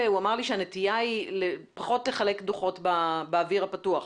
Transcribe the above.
הוא אמר לי שהנטייה היא פחות לחלק דוחות באוויר הפתוח.